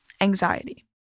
anxiety